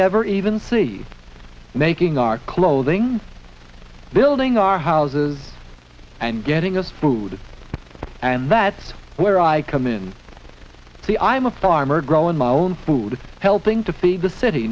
never even see making our clothing building our houses and getting us food and that's where i come in three i'm a farmer growing my own food helping to feed the city